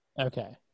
Okay